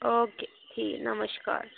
okay ठीक ऐ नमस्कार